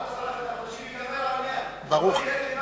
בעוד עשרה חודשים זה לא יהיה רלוונטי.